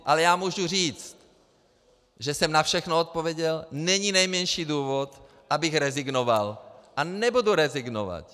A já můžu říct, že jsem na všechno odpověděl, není nejmenší důvod, abych rezignoval, a nebudu rezignovat.